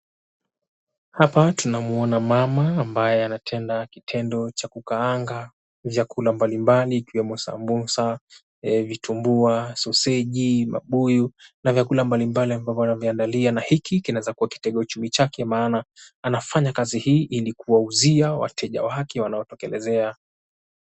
Hapa tunamwona mama ambaye anatenda kitendo cha kukaanga, vyakula mbalimbali ikiwemo sambusa, vitumbua, soseji, mabuyu na vyakula mbalimbali ambavyo ameviandaa na hiki kinaweza kuwa kitego chumi chake maana anafanya kazi hii ili kuwauzia wateja wake wanaotekelezea.